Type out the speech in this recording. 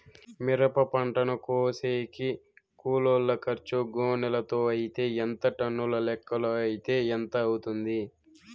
మిరప పంటను కోసేకి కూలోల్ల ఖర్చు గోనెలతో అయితే ఎంత టన్నుల లెక్కలో అయితే ఎంత అవుతుంది?